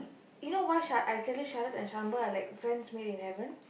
you know why sha~ I tell you Sharath and Shaan boy are like friends made in heaven